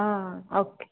okay